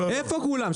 איפה כולם?